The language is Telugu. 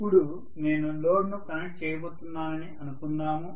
ఇప్పుడు నేను లోడ్ను కనెక్ట్ చేయబోతున్నానని అనుకుందాము